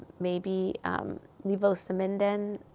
maybe levosimendan,